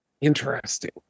Interesting